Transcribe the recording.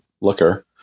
looker